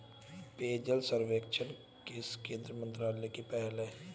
पेयजल सर्वेक्षण किस केंद्रीय मंत्रालय की पहल है?